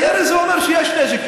ירי אומר שיש נשק.